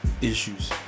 issues